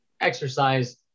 exercise